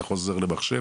אתה חוזר למחשב,